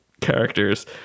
characters